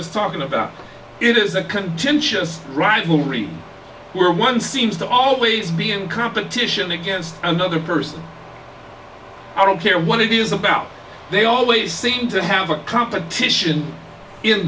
he's talking about it is a contentious rivalry where one seems to always be in competition against another person i don't care what it is about they always seem to have a competition in